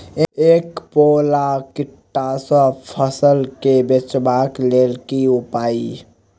ऐंख फोड़ा टिड्डा सँ फसल केँ बचेबाक लेल केँ उपाय?